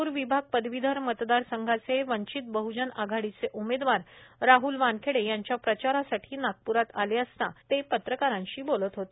नागपूर विभाग पदवीधर मतदारसंघाचे वंचित बह्जन आघाडीचे उमेदवार राह्ल वानखेडे यांच्या प्रचारासाठी नागपूरात आले असता पत्रकारांशी ते बोलत होते